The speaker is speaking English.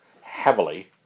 heavily